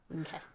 Okay